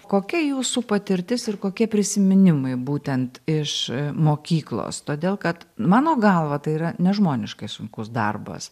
kokia jūsų patirtis ir kokie prisiminimai būtent iš mokyklos todėl kad mano galva tai yra nežmoniškai sunkus darbas